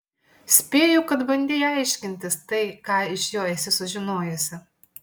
spėju kad bandei aiškintis tai ką iš jo esi sužinojusi